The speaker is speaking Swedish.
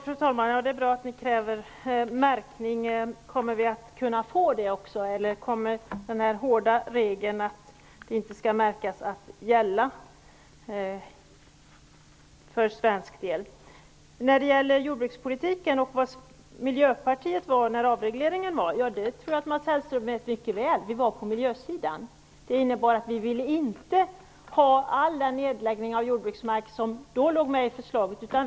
Fru talman! Det är bra att ni kräver märkning, men kommer vi att få det också, eller kommer den hårda regeln om att inte märka att gälla för svensk del? När det gäller jordbrukspolitiken och var Miljöpartiet var när avregleringen genomfördes, så tror jag att Mats Hellström vet det mycket väl. Vi var på miljösidan. Det innebar att vi inte ville ha all den nedläggning av jordbruksmark som låg med i förslaget.